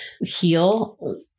heal